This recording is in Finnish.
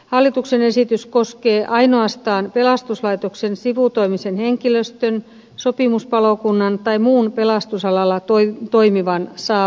hallituksen esitys koskee ainoastaan pelastuslaitoksen sivutoimisen henkilöstön sopimuspalokunnan henkilöstön tai muun pelastusalalla toimivan henkilöstön saamaa tuloa